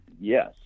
Yes